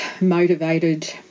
motivated